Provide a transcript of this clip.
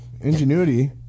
Ingenuity